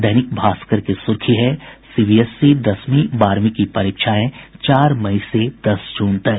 दैनिक भास्कर की सुर्खी है सीबीएसई दसवीं बारहवीं की परीक्षाएं चार मई से दस जून तक